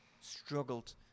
struggled